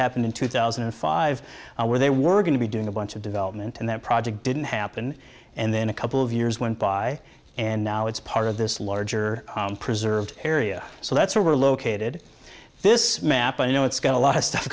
happened in two thousand and five where they were going to be doing a bunch of development and that project didn't happen and then a couple of years went by and now it's part of this larger preserved area so that's where we're located this map and you know it's got a lot of stuff